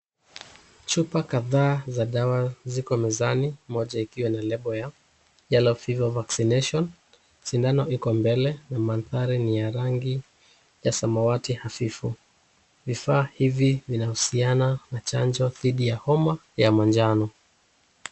Chupa kadhaa za dawa zipo mezani moja ikiwa na lebo ya yellow fever vaccination . Sindano iko mbele na mandhari ni ya rangi ya samawati hafifu. Vifaa hivi vinahusiana na chanjo dhidi ya homa ya manjano.